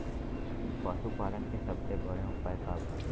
पशु पालन के सबसे बढ़ियां उपाय का बा?